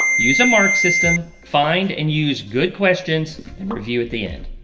use a mark system find and use good questions and review at the end.